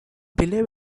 believe